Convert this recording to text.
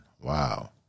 Wow